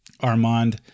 armand